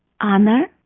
honor